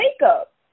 makeup